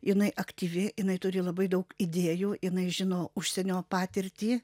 jinai aktyvi jinai turi labai daug idėjų jinai žino užsienio patirtį